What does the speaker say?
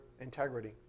integrity